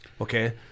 Okay